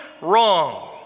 wrong